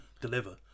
deliver